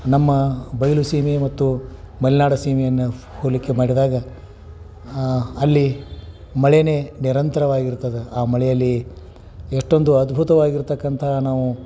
ನಮ್ಮ ಬಯಲುಸೀಮೆ ಮತ್ತು ಮಲೆನಾಡ ಸೀಮೆಯನ್ನು ಹೋಲಿಕೆ ಮಾಡಿದಾಗ ಅಲ್ಲಿ ಮಳೇನೇ ನಿರಂತರವಾಗಿರ್ತದೆ ಆ ಮಳೆಯಲ್ಲಿ ಎಷ್ಟೊಂದು ಅದ್ಭುತವಾಗಿರತಕ್ಕಂತಹ ನಾವು